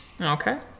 Okay